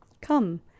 Come